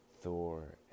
Thor